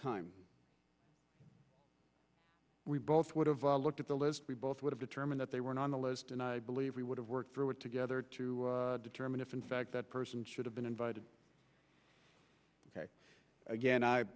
time we both would have looked at the list we both would have determined that they were on the list and i believe we would have worked through it together to determine if in fact that person should have been invited again i